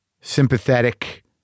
sympathetic